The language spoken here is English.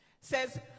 Says